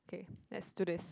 okay let's do this